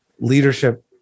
leadership